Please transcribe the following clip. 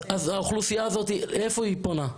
לאיפה האוכלוסייה הזאת פונה?